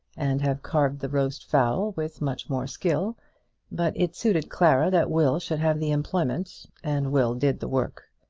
and have carved the roast fowl with much more skill but it suited clara that will should have the employment, and will did the work.